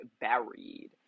buried